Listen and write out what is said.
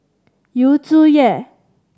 Yu Zhuye